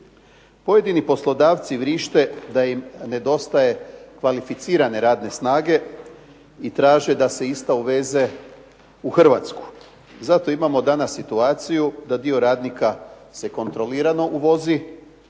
Pojedini poslodavci vrište da im nedostaje kvalificirane radne snage i traže da se ista uveze u Hrvatsku. Zato imamo danas situaciju da dio radnika se kontrolirano uvozi